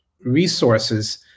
resources